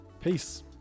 peace